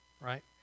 right